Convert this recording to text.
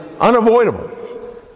unavoidable